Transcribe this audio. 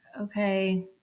okay